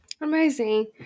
Amazing